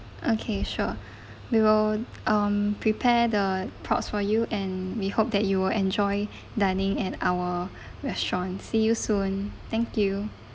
okay sure we will um prepare the props for you and we hope that you will enjoy dining at our restaurants see you soon thank you